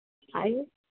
आइए